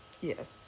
Yes